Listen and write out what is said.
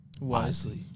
wisely